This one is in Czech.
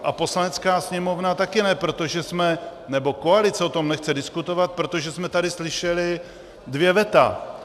A Poslanecká sněmovna taky ne, nebo koalice o tom nechce diskutovat, protože jsme tady slyšeli dvě veta.